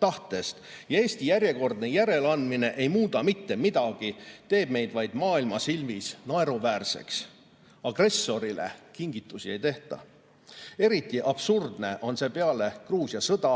tahtest. "Eesti järjekordne järeleandmine ei muuda midagi, teeb meid vaid maailma silmis naeruväärseks. Agressorile kingitusi ei tehta. Eriti absurdne on see peale Gruusia sõda,